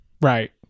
Right